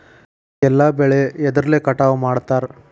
ಎಲ್ಲ ಬೆಳೆ ಎದ್ರಲೆ ಕಟಾವು ಮಾಡ್ತಾರ್?